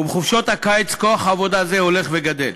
בחופשות הקיץ כוח עבודה זה הולך וגדל.